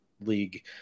league